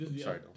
sorry